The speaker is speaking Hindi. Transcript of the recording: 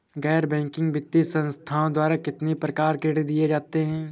गैर बैंकिंग वित्तीय संस्थाओं द्वारा कितनी प्रकार के ऋण दिए जाते हैं?